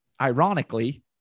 ironically